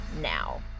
now